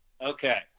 Okay